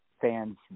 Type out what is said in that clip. fans